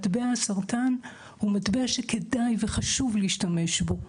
מטבע הסרטן הוא מטבע שכדאי וחשוב להשתמש בו,